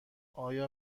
آیا